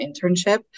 internship